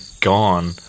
gone